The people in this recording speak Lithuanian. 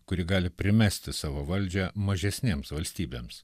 kuri gali primesti savo valdžią mažesnėms valstybėms